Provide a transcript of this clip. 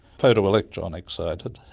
photo-electron excited,